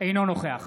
אינו נוכח